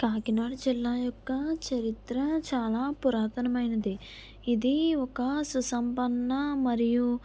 కాకినాడ జిల్లా యొక్క చరిత్ర చాలా పురాతనమైనది ఇది ఒక సుసంపన్న మరియు